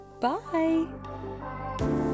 Bye